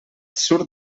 surt